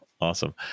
awesome